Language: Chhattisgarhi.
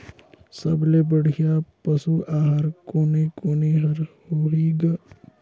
सबले बढ़िया पशु आहार कोने कोने हर होही ग?